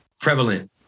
prevalent